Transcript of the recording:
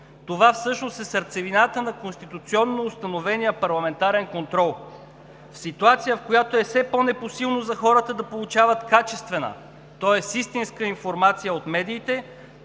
Това всъщност е сърцевината на конституционно установения парламентарен контрол. В ситуация, в която е все по-непосилно за хората да получават качествена, тоест истинска информация от медиите,